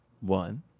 One